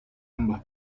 ambas